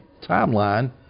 timeline